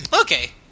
Okay